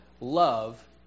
love